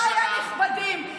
רבותיי הנכבדים,